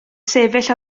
sefyll